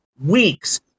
weeks